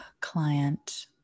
client